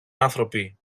άνθρωποι